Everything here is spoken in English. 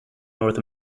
north